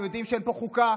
הם יודעים שאין פה חוקה.